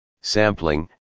sampling